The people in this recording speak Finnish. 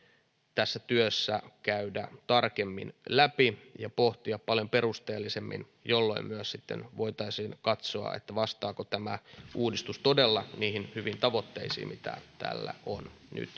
tässä työssä käydä tarkemmin läpi ja pohtia paljon perusteellisemmin jolloin voitaisiin katsoa vastaako tämä uudistus todella niihin hyviin tavoitteisiin joita tällä on nyt